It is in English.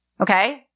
Okay